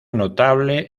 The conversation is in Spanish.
notable